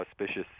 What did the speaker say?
auspicious